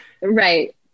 Right